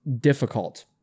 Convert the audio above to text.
difficult